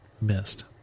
missed